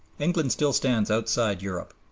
england still stands outside europe.